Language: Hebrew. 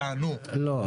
לא,